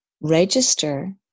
register